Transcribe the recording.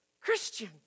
Christian